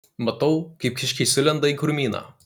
matau kaip kiškiai sulenda į krūmyną